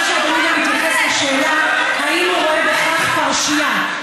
אני רק רוצה שאדוני יתייחס גם לשאלה האם הוא רואה בכך פרשייה,